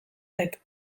zait